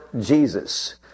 Jesus